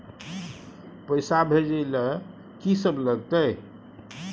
पैसा भेजै ल की सब लगतै?